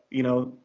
you know,